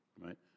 right